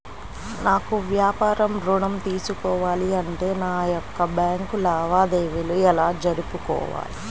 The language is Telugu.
నాకు వ్యాపారం ఋణం తీసుకోవాలి అంటే నా యొక్క బ్యాంకు లావాదేవీలు ఎలా జరుపుకోవాలి?